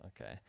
okay